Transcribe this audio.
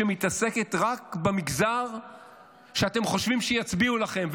שמתעסקת רק במגזר שאתם חושבים שיצביע לכם,